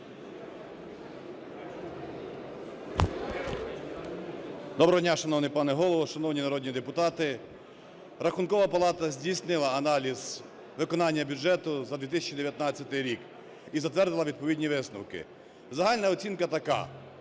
Доброго дня, шановний пане Голово, шановні народні депутати! Рахункова палата здійснила аналіз виконання бюджету за 2019 рік і затвердила відповідні висновки. Загальна оцінка така.